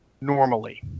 normally